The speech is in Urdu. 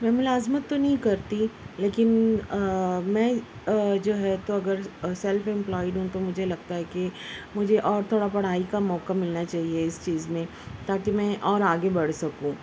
میں ملازمت تو نہیں کرتی لیکن میں جو ہے تو ٓگر سیلف امپلائڈ ہوں تو مجھے لگتا ہے کہ مجھے اور تھوڑا پڑھائی کا موقع ملنا چاہیے اس چیز میں تاکہ میں اور آگے بڑھ سکوں